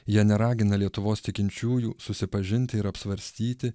jie neragina lietuvos tikinčiųjų susipažinti ir apsvarstyti